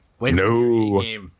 No